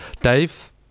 Dave